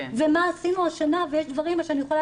זה מה עשינו השנה ויש דברים שאני יכולה